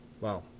Wow